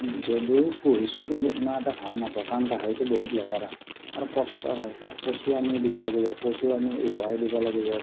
যদিও পুহিছোঁ কিন্তু ইমান এটা ভাল নাপাওঁ কাৰণ গাহৰিটো বহুত লেতেৰা আৰু কষ্ট হয় তাক কচু আনি দিব লাগিব কচু আনি উহাই দিব লাগিব